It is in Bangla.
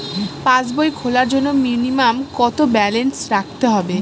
পাসবই খোলার জন্য মিনিমাম কত ব্যালেন্স রাখতে হবে?